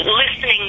listening